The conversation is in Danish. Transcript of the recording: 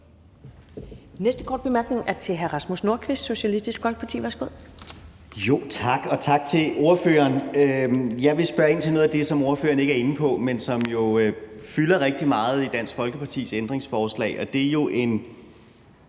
næste korte bemærkning er til hr. Rasmus Nordqvist, Socialistisk Folkeparti. Værsgo. Kl. 11:10 Rasmus Nordqvist (SF): Tak. Og tak til ordføreren. Jeg vil spørge ind til noget af det, som ordføreren ikke var inde på, men som jo fylder rigtig meget i Dansk Folkepartis ændringsforslag. Det er jo en